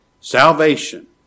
salvation